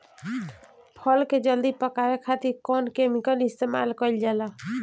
फल के जल्दी पकावे खातिर कौन केमिकल इस्तेमाल कईल जाला?